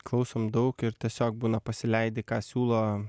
klausom daug ir tiesiog būna pasileidi ką siūlo